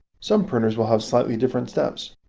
some printers will have slightly different steps.